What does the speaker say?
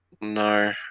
no